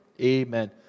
Amen